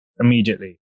immediately